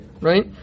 right